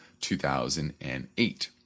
2008